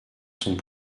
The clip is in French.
sont